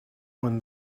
when